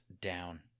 down